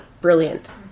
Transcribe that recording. Brilliant